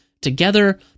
together